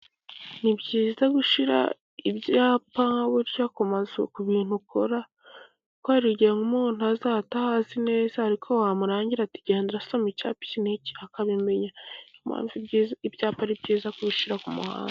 Ni byiza gushyira ibyapa burya ku mazu ku bintu ukora. Kuko hari igihe umuntu azaha atahazi neza, ariko wamurangira uti genda usoma icyapa iki n'iki akabimenya. Niyo mpamvu ibyapa ari byiza kubishyira ku muhanda.